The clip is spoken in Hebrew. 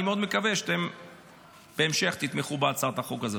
אני מאוד מקווה שבהמשך אתם תתמכו בהצעת החוק הזו.